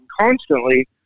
constantly